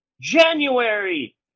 January